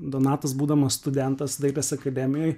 donatas būdamas studentas dailės akademijoj